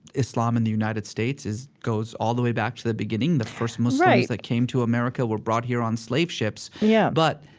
islam in the united states goes all the way back to the beginning. the first muslims, right, that came to america were brought here on slave ships yeah but,